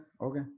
okay